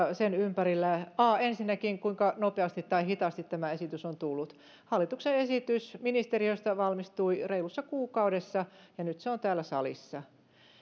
sen ympärillä kuinka nopeasti tai hitaasti tämä esitys on tullut hallituksen esitys valmistui ministeriöstä reilussa kuukaudessa ja nyt se on täällä salissa